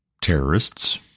terrorists